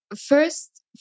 first